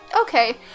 Okay